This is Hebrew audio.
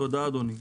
תודה, אדוני.